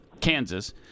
Kansas